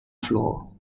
floor